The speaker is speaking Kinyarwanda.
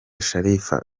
sharifa